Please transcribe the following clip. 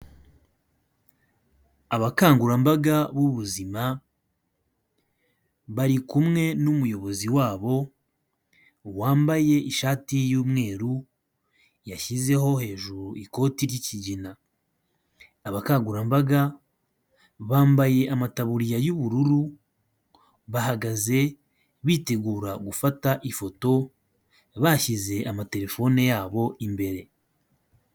Abakangurambaga b'ubuzima, bari kumwe n'umuyobozi wabo wambaye ishati y'umweru, yashyizeho hejuru ikoti ry'ikigina. Abakangurambaga bambaye amataburiya y'ubururu, bahagaze bitegura gufata ifoto, bashyize ama telefone y'abo imbere.